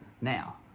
Now